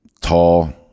tall